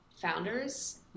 founders